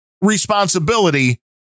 responsibility